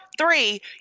Three